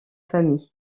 famille